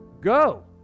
go